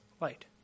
light